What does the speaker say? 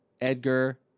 Edgar